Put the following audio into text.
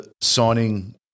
signing